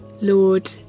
Lord